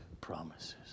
promises